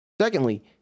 Secondly